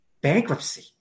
bankruptcy